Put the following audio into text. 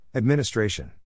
Administration